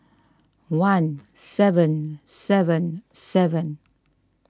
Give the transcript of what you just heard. one seven seven seven